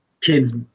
kids